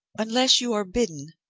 unless you are bidden,